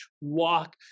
walk